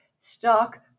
stock